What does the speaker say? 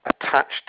attached